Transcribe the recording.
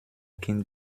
kind